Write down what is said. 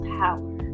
power